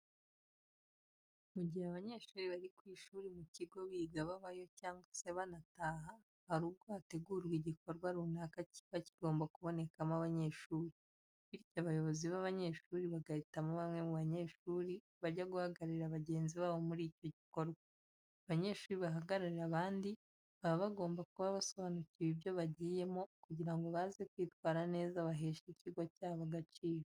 Mu gihe abanyeshuri bari ku ishuri mu kigo biga babayo cyangwa se banataha, hari ubwo hategurwa igikorwa runaka kiba kigomba kubonekamo abanyeshuri, bityo abayobozi b'abanyeshuri bagahitamo bamwe mu banyeshuri bajya guhagararira bagenzi babo muri icyo gikorwa. Abanyeshuri bahagararira abandi, baba bagomba kuba basobanukiwe ibyo bagiyemo kugira ngo baze kwitwara neza baheshe ikigo cyabo agaciro.